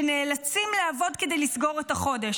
שנאלצים לעבוד כדי לסגור את החודש,